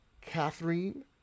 Catherine